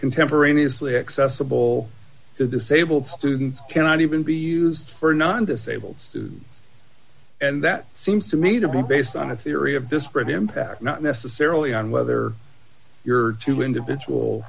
contemporaneously accessible to disabled students cannot even be used for non disabled students and that seems to me to be based on a theory of disparate impact not necessarily on whether you're too individual